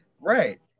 Right